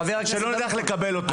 שלא נדע איך לקבל אותו.